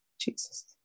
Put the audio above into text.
Jesus